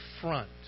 front